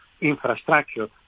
infrastructure